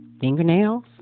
fingernails